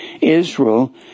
israel